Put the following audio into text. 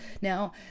now